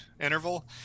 interval